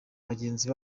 bagenzi